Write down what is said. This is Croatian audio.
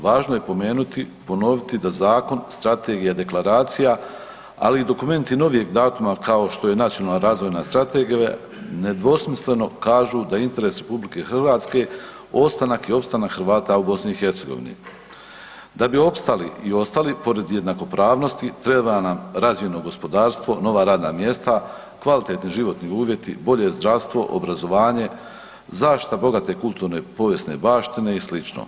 Važno je ponoviti da zakon, strategija, deklaracija, ali i dokumenti novijeg datuma kao što je Nacionala razvojna strategija nedvosmisleno kažu da je interes RH ostanak i opstanak Hrvata u BiH. da bi opstali i ostali pored jednakopravnosti treba nam razvijeno gospodarstvo, nova radna mjesta, kvalitetni životni uvjeti, bolje zdravstvo, obrazovanje, zaštita bogate kulturne povijesne baštine i sl.